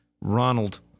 Ronald